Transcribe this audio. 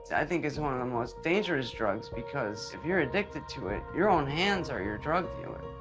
i think it's one of the most dangerous drugs, because if you're addicted to it, your own hands are your drug dealer.